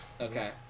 Okay